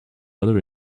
other